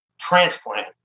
transplant